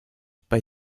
bei